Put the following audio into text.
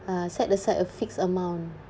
uh set aside a fixed amount